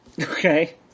Okay